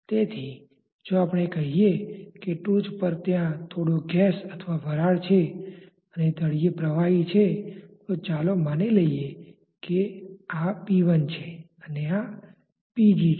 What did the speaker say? તેથી જો આપણે કહીએ કે ટોચ પર ત્યાં થોડો ગેસ અથવા વરાળ છે અને તળિયે પ્રવાહી છે તો ચાલો માની લઇએ કે આ Pl છે અને આ Pg છે